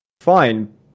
Fine